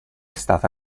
stata